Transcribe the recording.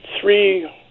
three